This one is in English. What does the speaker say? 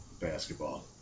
basketball